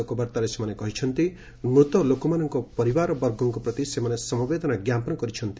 ଶୋକବାର୍ତ୍ତାରେ ସେମାନେ କହିଛନ୍ତି ମୂତ ଲୋକମାନଙ୍କ ପରିବାରବର୍ଗଙ୍କ ପ୍ରତି ସେମାନେ ସମବେଦନା ଜ୍ଞାପନ କରିଛନ୍ତି